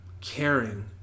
caring